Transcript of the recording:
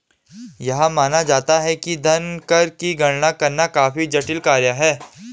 यह माना जाता है कि धन कर की गणना करना काफी जटिल कार्य है